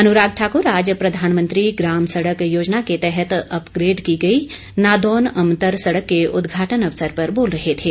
अनुराग ठाक्र आज प्रधानमंत्री ग्राम सड़क योजना के तहत अपग्रेड की गई नादौन अमतर सड़क के उद्घाटन अवसर पर बोल रहे थे